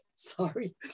Sorry